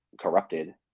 corrupted